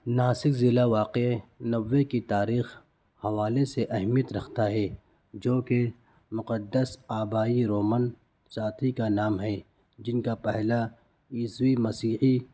ناسک ضلع واقع نوے کی تاریخ حوالے سے اہمیت رکھتا ہے جوکہ مقدس آبائی رومن ساتھی کا نام ہے جن کا پہلا عیسوی مسیحی